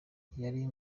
yari